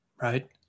Right